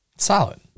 Solid